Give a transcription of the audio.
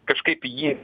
kažkaip jį